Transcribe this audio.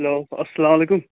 hello اسلامُ علیکم